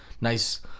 nice